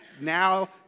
now